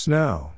Snow